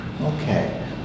Okay